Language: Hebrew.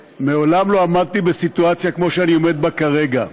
מעולם לא עמדתי בסיטואציה כזו שאני עומד בה כרגע,